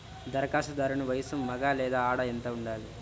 ధరఖాస్తుదారుని వయస్సు మగ లేదా ఆడ ఎంత ఉండాలి?